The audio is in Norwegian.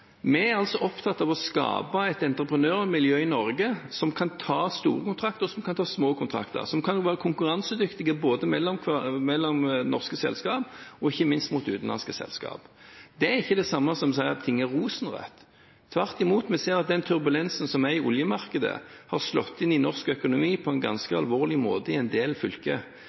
Vi er altså opptatt av å skape et entreprenørmiljø i Norge som kan ta store kontrakter og små kontrakter, og som kan være konkurransedyktig både blant norske selskap og ikke minst overfor utenlandske selskap. Det er ikke det samme som å si at ting er rosenrødt. Tvert imot – vi ser at den turbulensen som er i oljemarkedet, har slått inn i norsk økonomi på en ganske alvorlig måte i en del fylker.